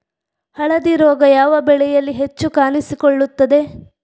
ಹಳದಿ ರೋಗ ಯಾವ ಬೆಳೆಯಲ್ಲಿ ಹೆಚ್ಚು ಕಾಣಿಸಿಕೊಳ್ಳುತ್ತದೆ?